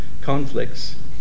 conflicts